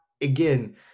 again